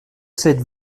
cette